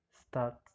start